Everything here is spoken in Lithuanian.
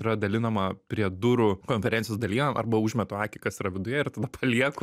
yra dalinama prie durų konferencijos dalyje arba užmetu akį kas yra viduje ir tada palieku